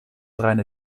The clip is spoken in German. reine